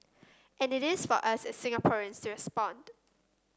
and it is for us as Singaporeans to respond